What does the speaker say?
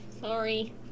sorry